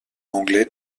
anglais